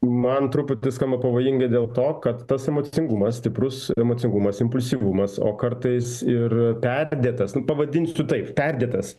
man truputį skamba pavojingai dėl to kad tas emocingumas stiprus emocingumas impulsyvumas o kartais ir perdėtas n pavadinsiu taip perdėtas